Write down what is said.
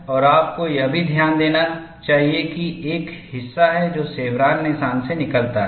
और आपको यह भी ध्यान देना चाहिए कि एक हिस्सा है जो शेवरॉन निशान से निकलता है